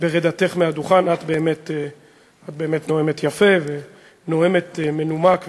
ברדתך מהדוכן: את באמת נואמת יפה ונואמת מנומק,